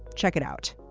check it out.